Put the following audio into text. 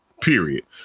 period